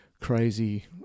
crazy